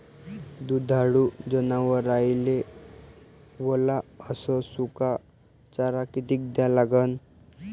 दुधाळू जनावराइले वला अस सुका चारा किती द्या लागन?